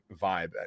vibe